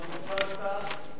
כבר ניצלת מעבר לכך.